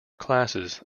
classes